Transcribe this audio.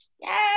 Yes